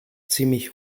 ziemlich